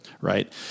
right